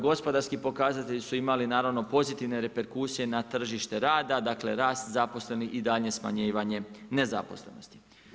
Gospodarski pokazatelji su imali, naravno pozitivne reperkusije na tržište rada, rast zaposlenih i daljnje smanjivanje nezaposlenosti.